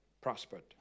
prospered